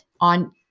on